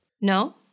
No